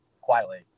quietly